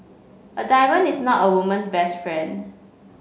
a diamond is not a woman's best friend